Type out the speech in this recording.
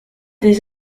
des